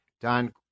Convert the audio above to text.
Don